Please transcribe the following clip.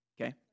Okay